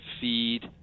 feed